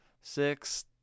Six